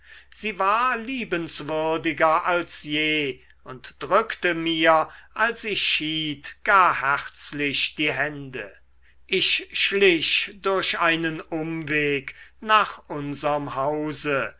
sie war liebenswürdiger als je und drückte mir als ich schied gar herzlich die hände ich schlich durch einen umweg nach unserm hause